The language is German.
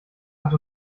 hat